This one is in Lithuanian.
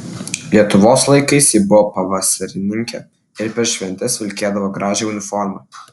lietuvos laikais ji buvo pavasarininkė ir per šventes vilkėdavo gražią uniformą